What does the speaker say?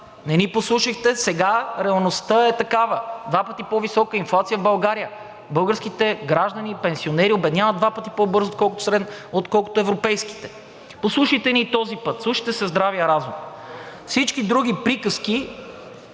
Не ни послушахте. Сега реалността е такава – два пъти по-висока инфлация в България. Българските граждани и пенсионери обедняват два пъти по-бързо, отколкото европейските. Послушайте ни и този път, вслушайте се в здравия разум. Всички други приказки